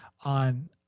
on